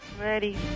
Ready